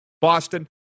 Boston